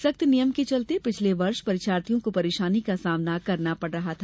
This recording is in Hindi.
सख्त नियमों में चलते पिछले वर्ष परीक्षार्थियों को परेशानी का सामना करना पड़ रहा था